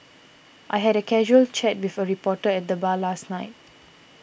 I had a casual chat with a reporter at the bar last night